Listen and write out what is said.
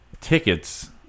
tickets